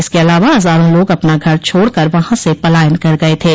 इसके अलावा हजारों लोग अपना घर छोड़ कर वहां से पलायन कर गये थे